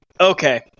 Okay